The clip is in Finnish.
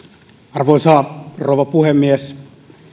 arvoisa rouva puhemies